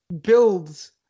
builds